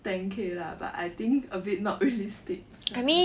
ten K lah but I think a bit not realistic sia